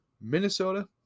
Minnesota